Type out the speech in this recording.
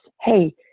Hey